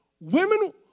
women